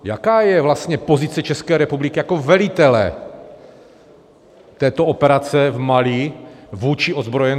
Jaká je vlastně pozice České republiky jako velitele této operace v Mali vůči ozbrojencům?